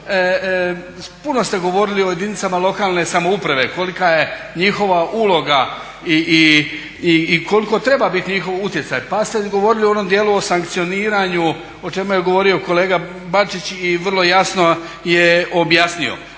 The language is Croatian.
puno ste govorili o jedinicama lokalne samouprave kolika je njihova uloga i koliko treba biti njihov utjecaj pa ste govorili o onom dijelu o sankcioniranju o čemu je govorio kolega Bačić i vrlo jasno je objasnio.